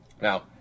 Now